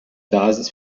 basis